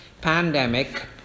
pandemic